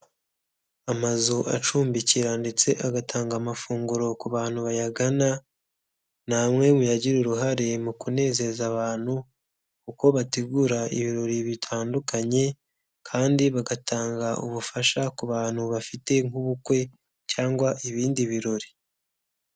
Amazu acumbikira ndetse agatanga amafunguro ku bantu bayagana ni amwe muyagira uruhare mu kunezeza abantu, uko bategura ibirori bitandukanye kandi bagatanga ubufasha ku bantu bafite nk'ubukwe cyangwa ibindi birori.